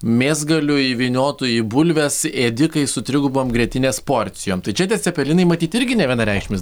mėsgalių įvyniotų į bulves ėdikai su trigubom grietinės porcijom tai čia tie cepelinai matyt irgi nevienareikšmis